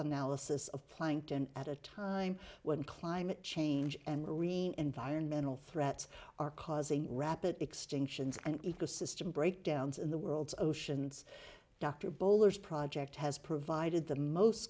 analysis of plankton at a time when climate change and marine environmental threats are causing rapid extinctions and ecosystem breakdowns in the world's oceans dr bowler's project has provided the most